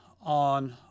on